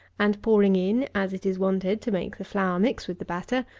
and pouring in, as it is wanted to make the flour mix with the batter,